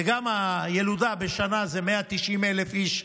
וגם הילודה בשנה זה 190,000 איש,